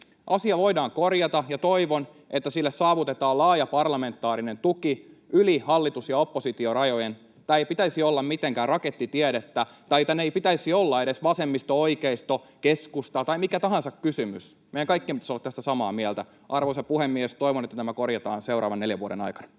Asia voidaan korjata, ja toivon, että sille saavutetaan laaja parlamentaarinen tuki yli hallitus—oppositio-rajan. Tämän ei pitäisi olla mitenkään rakettitiedettä. Tämän ei pitäisi olla edes vasemmisto-, oikeisto-, keskusta- tai mikä tahansa kysymys. Meidän kaikkien pitäisi olla tästä samaa mieltä. Arvoisa puhemies! Toivon, että tämä korjataan seuraavan neljän vuoden aikana.